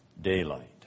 daylight